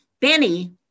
Benny